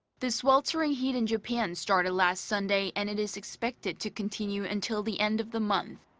the sweltering heat in japan started last sunday and it is expected to continue until the end of the month.